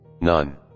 None